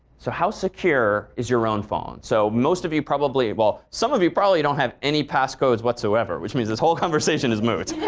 so how secure is your own phone? so most of you probably well, some of you probably don't have any passcodes whatsoever, which means this whole conversation is moot.